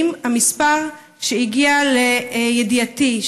האם המספר שהגיע לידיעתי,